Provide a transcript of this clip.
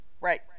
Right